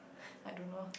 I don't know